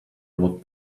what